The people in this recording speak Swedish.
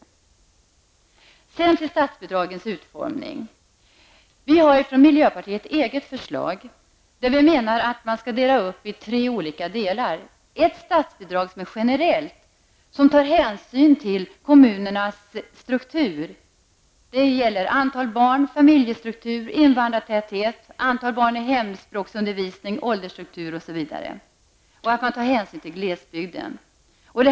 När det sedan gäller statsbidragens utformning har miljöpartiet ett eget förslag där vi menar att man skall dela upp det i tre delar. Ett statsbidrag bör vara generellt och ta hänsyn till kommunernas struktur. Det gäller antalet barn, familjestruktur, invandrartäthet, antal barn i hemspråksundervisning, åldersstruktur osv. Man skall även ta hänsyn till glesbygden.